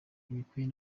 ntibikwiye